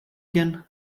again